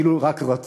אילו רק רצתה.